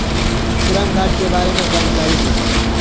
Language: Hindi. श्रम कार्ड के बारे में जानकारी दें?